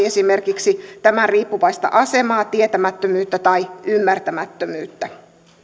esimerkiksi tämän riippuvaista asemaa tietämättömyyttä tai ymmärtämättömyyttä